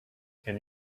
can